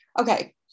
okay